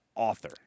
Author